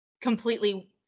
completely